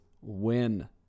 win